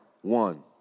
one